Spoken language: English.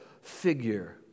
figure